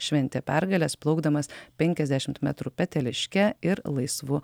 šventė pergales plaukdamas penkiasdešim metrų peteliške ir laisvu